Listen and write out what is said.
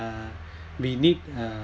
uh we need uh